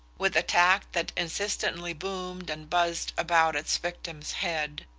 with a tact that insistently boomed and buzzed about its victim's head.